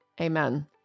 Amen